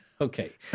Okay